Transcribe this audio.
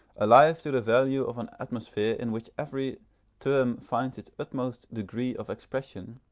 alive to the value of an atmosphere in which every term finds its utmost degree of expression,